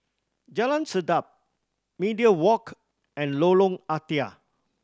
Jalan Sedap Media Walk and Lorong Ah Thia